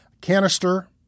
canister